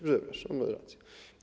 Przepraszam, racja.